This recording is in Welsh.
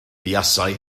buasai